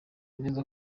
neza